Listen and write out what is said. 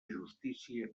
justícia